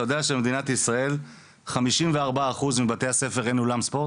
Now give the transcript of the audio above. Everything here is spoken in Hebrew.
אתה יודע שבמדינת ישראל חמישים וארבעה אחוז מבתי הספר אין אולם ספורט?